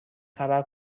خبر